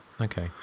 Okay